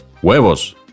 Huevos